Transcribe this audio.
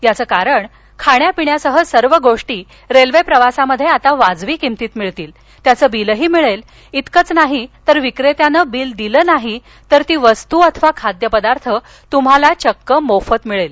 याचं कारण खाण्यापिण्यासह सर्व गोष्टी रेल्वे प्रवासात आता वाजवी किमतीत मिळतील त्याचं बिलही मिळेल इतकंच नाही तर विक्रेत्यानं बिल दिलं नाही तर ती वस्तू अथवा खाद्यपदार्थ तूम्हाला चक्क मोफत मिळेल